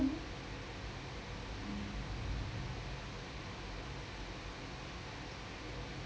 mm